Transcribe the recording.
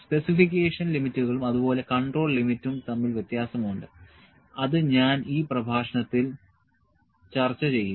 specification ലിമിറ്റുകളും അതുപോലെ control ലിമിറ്റും തമ്മിൽ വ്യത്യാസമുണ്ട് അത് ഞാൻ ഈ പ്രഭാഷണത്തിൽ ചർച്ച ചെയ്യും